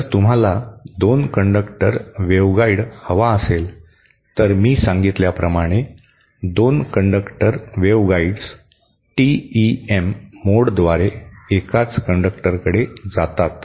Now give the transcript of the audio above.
जर तुम्हाला दोन कंडक्टर वेव्हगाइड हवा असेल तर मी सांगितल्याप्रमाणे 2 कंडक्टर वेव्हगाइड्स टीईएम मोडद्वारे एकाच कंडक्टरकडे जातात